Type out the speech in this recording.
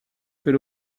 fait